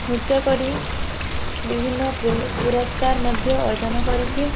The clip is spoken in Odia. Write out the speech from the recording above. ନୃତ୍ୟ କରି ବିଭିନ୍ନ ପୁରସ୍କାର ମଧ୍ୟ ଅର୍ଜନ କରିଛି